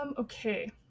Okay